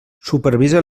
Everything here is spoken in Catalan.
supervisa